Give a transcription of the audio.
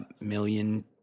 Million